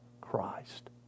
Christ